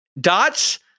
dots